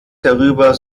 darüber